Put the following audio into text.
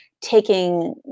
taking